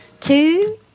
Two